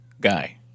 guy